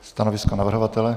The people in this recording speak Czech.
Stanovisko navrhovatele?